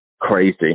crazy